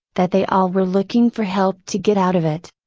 that they all were looking for help to get out of it.